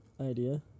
idea